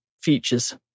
features